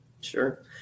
Sure